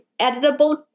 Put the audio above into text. editable